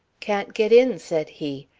can't get in, said he.